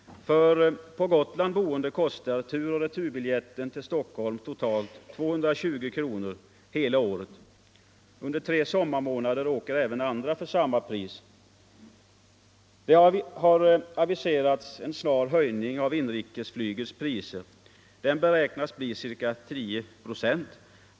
För på Gotland boende kostar tur och retur-biljetten till Stockholm totalt 220 kronor hela året. Under tre sommarmånader åker även andra passagerare för samma pris. Det har aviserats en snar höjning av inrikesflygets priser. Den beräknas bli ca 10 procent.